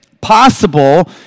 possible